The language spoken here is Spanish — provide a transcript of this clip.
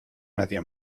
nadie